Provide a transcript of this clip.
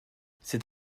c’est